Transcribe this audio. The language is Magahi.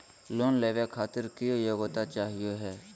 लोन लेवे खातीर की योग्यता चाहियो हे?